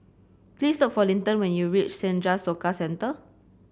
please look for Linton when you reach Senja Soka Centre